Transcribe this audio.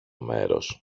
μέρος